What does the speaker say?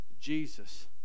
Jesus